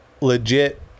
legit